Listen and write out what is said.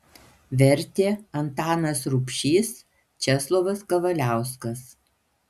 vertė antanas rubšys česlovas kavaliauskas